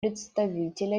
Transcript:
представителя